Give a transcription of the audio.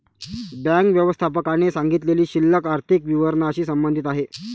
bank व्यवस्थापकाने सांगितलेली शिल्लक आर्थिक विवरणाशी संबंधित आहे